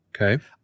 Okay